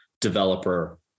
developer